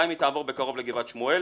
גם אם היא תעבור בקרוב לגבעת שמואל,